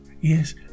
Yes